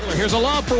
here's a loan